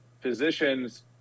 physicians